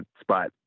spot